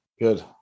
Good